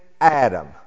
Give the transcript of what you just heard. Adam